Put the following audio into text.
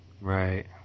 right